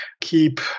keep